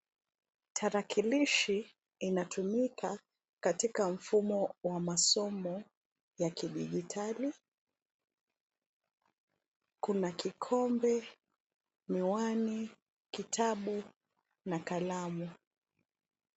Tarakilishi inatumika katika mfumo wa masomo ya kidijitali. Kuna kikombe, miwani, kitabu na kalamu.